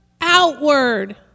outward